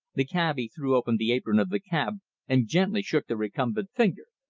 the cabby threw open the apron of the cab and gently shook the recumbent figure.